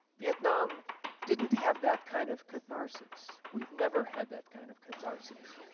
vietnam didn't have that kind of catharsis. we've never had that kind of catharsis.